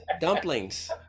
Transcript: Dumplings